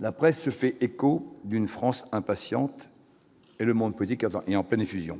la presse se fait écho d'une France impatiente et le monde politique à Paris en pleine effusion.